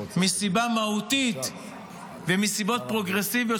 מסיבה מהותית ומסיבות פרוגרסיביות,